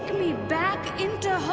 me back into